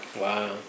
Wow